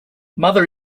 mother